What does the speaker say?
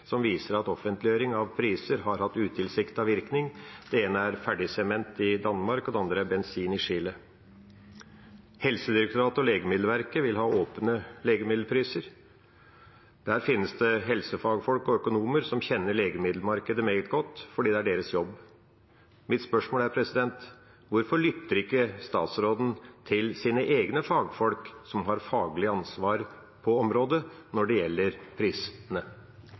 som viser at offentliggjøring av priser har hatt utilsiktet virkning. Det ene er ferdigsement i Danmark og det andre er bensin i Chile. Helsedirektoratet og Legemiddelverket vil ha åpne legemiddelpriser. Der finnes det helsefagfolk og økonomer som kjenner legemiddelmarkedet meget godt, fordi det er deres jobb. Mitt spørsmål er: Hvorfor lytter ikke statsråden til sine egne fagfolk, som har faglig ansvar på området, når det gjelder prisene?